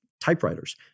typewriters